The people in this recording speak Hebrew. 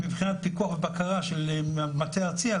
מבחינת פיקוח ובקרה של המטה הארצי על